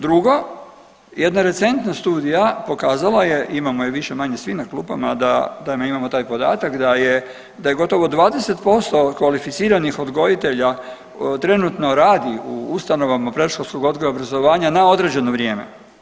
Drugo, jedna recentna studija pokazala je, imamo je više-manje svi na klupama da, da imamo taj podatak da je, da je gotovo 20% kvalificiranih odgojitelja trenutno radi u ustanovama predškolskog odgoja i obrazovanja na određeno vrijeme.